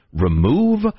remove